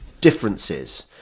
differences